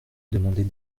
demander